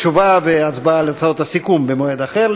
תשובה והצבעה על הצעות הסיכום במועד אחר,